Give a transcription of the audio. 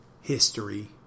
history